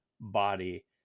body